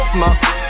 Smoke